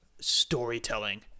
storytelling